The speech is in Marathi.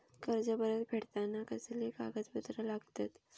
कर्ज परत फेडताना कसले कागदपत्र लागतत?